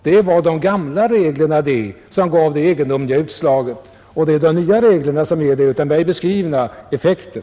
Det var de gamla reglerna som gav ett så egendomligt utslag. De nya reglerna ger den av mig beskrivna effekten.